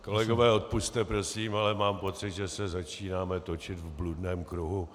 Kolegové, odpusťte prosím, ale mám pocit, že se začínáme točit v bludném kruhu.